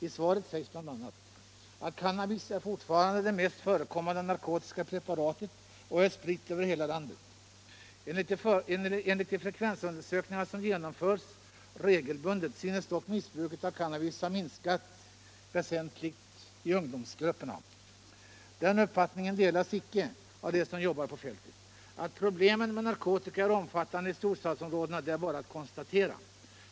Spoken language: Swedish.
I svaret sägs bl.a.: ”Cannabis är fortfarande det mest förekommande narkotiska preparatet och är spritt över hela landet. Enligt de frekvensundersökningar som genomförs regelbundet synes dock missbruket av cannabis ha minskat väsentligt i ungdomsgrupperna.” Den uppfattningen delas icke av dem som jobbar på fältet. Att problemen med narkotika är omfattande i storstadsområdena, det är bara att konstatera.